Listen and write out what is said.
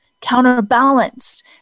counterbalanced